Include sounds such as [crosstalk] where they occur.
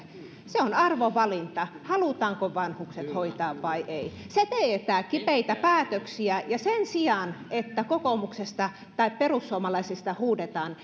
se on arvovalinta halutaanko vanhukset hoitaa vai ei se teettää kipeitä päätöksiä ja sen sijaan että kokoomuksesta tai perussuomalaisista huudetaan [unintelligible]